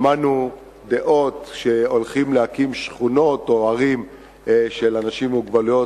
שמענו דעות שהולכים להקים שכונות או ערים של אנשים עם מוגבלויות,